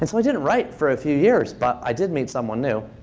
and so i didn't write for a few years. but i did meet someone new.